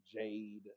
Jade